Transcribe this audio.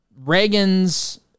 Reagan's